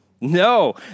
No